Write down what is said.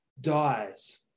dies